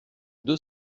deux